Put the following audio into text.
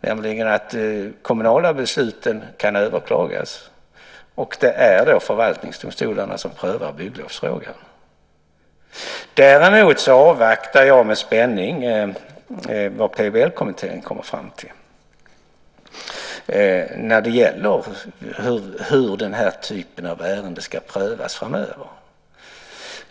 De kommunala besluten kan överklagas, och det är då förvaltningsdomstolarna som prövar bygglovsfrågan. Däremot avvaktar jag med spänning det som PBL-kommittén kommer fram till om hur den här typen av ärenden ska prövas framöver.